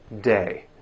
day